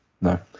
No